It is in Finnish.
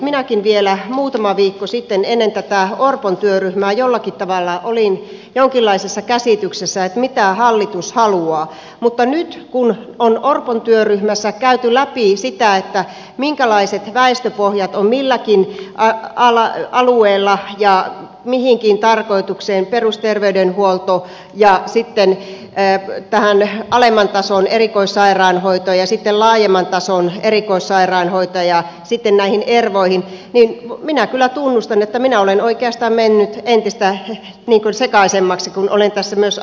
minäkin vielä muutama viikko sitten ennen tätä orpon työryhmää jollakin tavalla olin jonkinlaisessa käsityksessä siitä mitä hallitus haluaa mutta nyt kun on orpon työryhmässä käyty läpi sitä minkälaiset väestöpohjat ovat milläkin alueella ja mihinkin tarkoitukseen perusterveydenhuoltoon ja sitten tähän alemman tason erikoissairaanhoitoon ja sitten laajemman tason erikoissairaanhoitoon ja sitten näihin ervoihin minä kyllä tunnustan että minä olen oikeastaan mennyt entistä sekaisemmaksi kun olen tässä myös asiantuntijoita kuullut